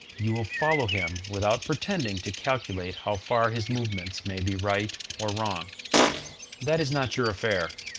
you will follow him without pretending to calculate how far his movements may be right or wrong that is not your affair.